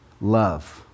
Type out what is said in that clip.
love